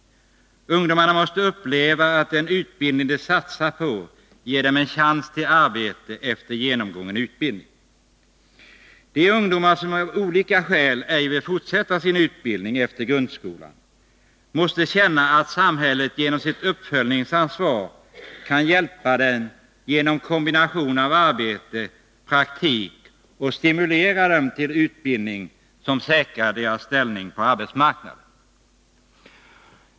Ungdomarna måste få uppleva att den utbildning de satsar på ger dem en chans till arbete, när de är färdiga med utbildningen. De ungdomar som av olika skäl ej vill fortsätta sin utbildning efter grundskolan måste känna att samhället, som har ett uppföljningsansvar, kan hjälpa dem genom en kombination av arbete och praktik samt stimulera dem till en utbildning som säkrar deras ställning på arbetsmarknaden.